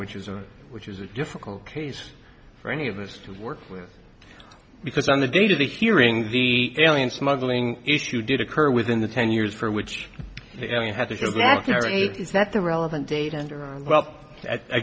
which is a which is a difficult case for any of us to work with because on the date of the hearing the alien smuggling issue did occur within the ten years for which you had to set the relevant data and well i